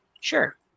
Sure